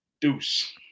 Deuce